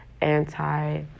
anti